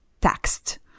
text